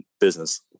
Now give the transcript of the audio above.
business